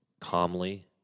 Calmly